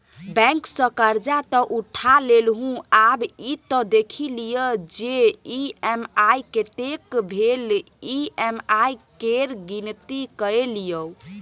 bank सँ करजा तँ उठा लेलहुँ आब ई त देखि लिअ जे ई.एम.आई कतेक भेल ई.एम.आई केर गिनती कए लियौ